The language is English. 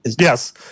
Yes